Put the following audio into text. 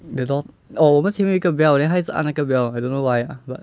they dau~ oh 我们前面有一个 bell then 她一直按那个 bell I don't know why ah but